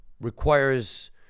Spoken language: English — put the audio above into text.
requires